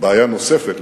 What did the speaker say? בעיה נוספת,